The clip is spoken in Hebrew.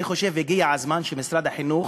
אני חושב שהגיע הזמן שמשרד החינוך